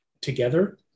together